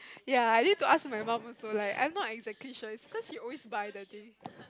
ya I need to ask my mum also leh I'm not exactly sure is cause she always buy the thing